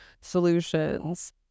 solutions